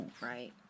Right